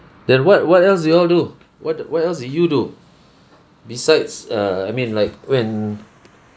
then what what else do you all do what what else did you do besides err I mean like when